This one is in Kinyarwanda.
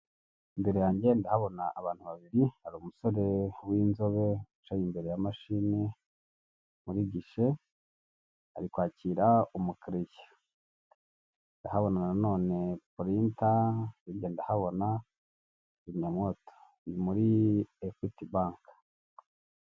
Imbere yanjye ndabona abantu babiri hari umusore w'inzobe wicaye imbere ya mashine muri gishe ari kwakira umukiliya, ndahabona none pulita hirya ndahabona kizimyamwoto ni muri ekwiti banke.